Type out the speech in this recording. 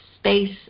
space